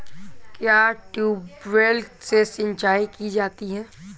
क्या ट्यूबवेल से सिंचाई की जाती है?